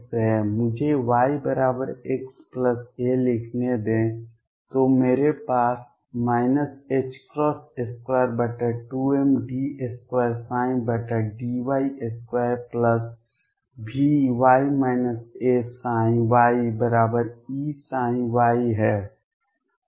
मुझे y बराबर x a लिखने दें तो मेरे पास 22md2dy2Vy ayEψy है